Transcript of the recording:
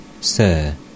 Sir